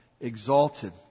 exalted